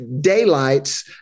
daylights